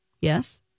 yes